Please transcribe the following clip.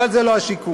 אבל זה לא השיקול.